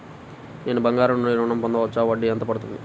నేను బంగారం నుండి ఋణం పొందవచ్చా? వడ్డీ ఎంత పడుతుంది?